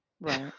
Right